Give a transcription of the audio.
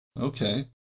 Okay